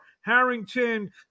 Harrington